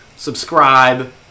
Subscribe